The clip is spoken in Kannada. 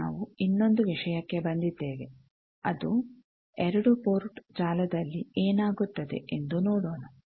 ಈಗ ನಾವು ಇನ್ನೊಂದು ವಿಷಯಕ್ಕೆ ಬಂದಿದ್ದೇವೆ ಅದು 2 ಪೋರ್ಟ್ ಜಾಲದಲ್ಲಿ ಏನಾಗುತ್ತದೆ ಎಂದು ನೋಡೋಣ